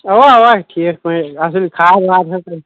اَوا اَوا ٹھیٖک پٲٹھۍ اَصٕل کھاد واد حظ